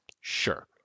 Sure